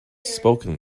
spoken